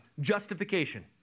justification